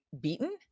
beaten